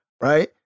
right